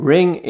Ring